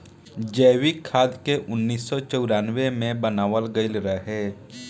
जैविक खाद के उन्नीस सौ चौरानवे मे बनावल गईल रहे